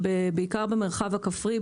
בעיקר במרחב הכפרי,